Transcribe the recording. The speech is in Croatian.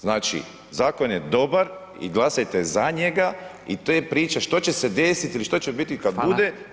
Znači, zakon je dobar i glasajte za njega i te priče što će se desiti ili što će biti kad bude